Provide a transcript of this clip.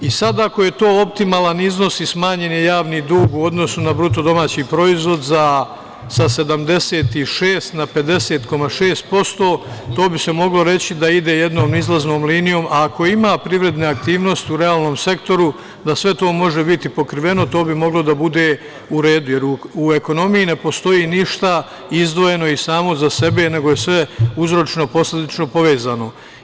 I sada ako je to optimalan iznos i smanjen je javni dug u odnosu na BDP sa 76% na 50,6%, to bi se moglo reći da ide jednom izlaznom linijom, a ako ima privredne aktivnosti u realnom sektoru da sve to može biti pokriveno, to bi moglo da bude u redu, jer u ekonomiji ne postoji ništa izdvojeno i samo za sebe, nego je sve uzročno-posledičino povezano.